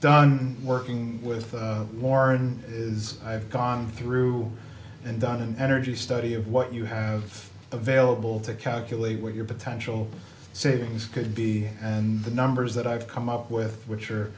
done working with warren is i've gone through and done an energy study of what you have available to calculate what your potential savings could be and the numbers that i've come up with which are